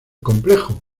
complejo